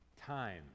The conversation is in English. time